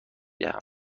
دهم